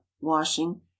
washing